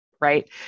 right